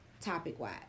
topic-wise